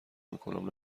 میکنم